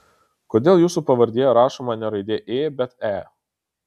kodėl jūsų pavardėje rašoma ne raidė ė bet e